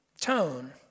tone